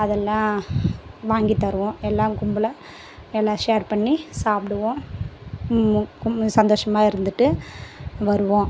அதெல்லாம் வாங்கி தருவோம் எல்லாம் கும்பலாக எல்லா ஷேர் பண்ணி சாப்பிடுவோம் கும் சந்தோஷமாக இருந்துவிட்டு வருவோம்